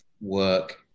work